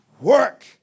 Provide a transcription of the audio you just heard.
Work